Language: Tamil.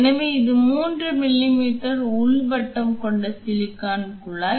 எனவே இது 3 மீ மீ உள் விட்டம் கொண்ட சிலிக்கான் குழாய்